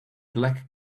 black